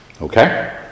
Okay